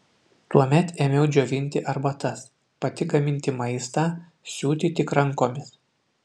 tuomet ėmiau džiovinti arbatas pati gaminti maistą siūti tik rankomis